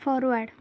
forward